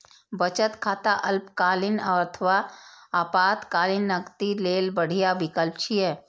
बचत खाता अल्पकालीन अथवा आपातकालीन नकदी लेल बढ़िया विकल्प छियै